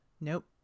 Nope